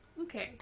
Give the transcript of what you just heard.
Okay